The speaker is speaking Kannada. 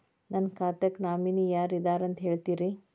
ನನ್ನ ಖಾತಾಕ್ಕ ನಾಮಿನಿ ಯಾರ ಇದಾರಂತ ಹೇಳತಿರಿ?